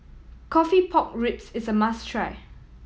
coffee pork ribs is a must try